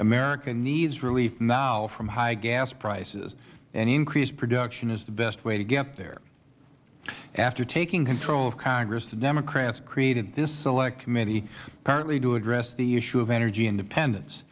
america needs relief now from high gas prices and increased production is the best way to get there after taking control of congress the democrats created this select committee partly to address the issue of energy independence